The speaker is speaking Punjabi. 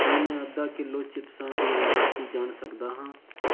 ਕੀ ਮੈਂ ਅੱਧਾ ਕਿਲੋ ਚਿਪਸਾਂ ਦੀ ਐੱਮ ਆਰ ਪੀ ਜਾਣ ਸਕਦਾ ਹਾਂ